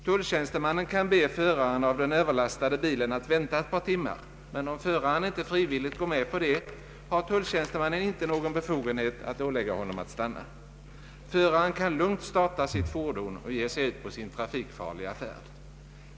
Tulltjänstemannen kan be föraren av den överlastade bilen att vänta ett par timmar, men om föraren inte frivilligt går med på det, har tulltjänstemannen inte någon befogenhet att ålägga honom att stanna. Föraren kan lugnt starta sitt fordon och ge sig ut på sin trafikfarliga färd.